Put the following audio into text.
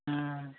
ம்